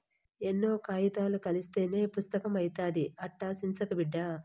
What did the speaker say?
ఎన్నో కాయితాలు కలస్తేనే పుస్తకం అయితాది, అట్టా సించకు బిడ్డా